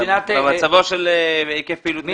במצב של היקף פעילות נרחב.